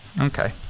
okay